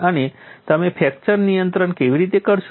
અને તમે ફ્રેક્ચર નિયંત્રણ કેવી રીતે કરશો